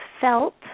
felt